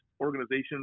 organizations